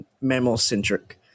mammal-centric